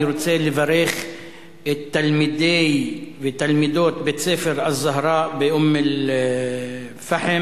אני רוצה לברך את תלמידי ותלמידות בית-ספר "א-זהרא" באום-אל-פחם.